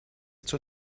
zur